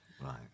Right